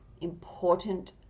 important